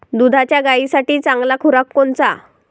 दुधाच्या गायीसाठी चांगला खुराक कोनचा?